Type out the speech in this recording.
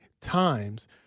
times